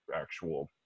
actual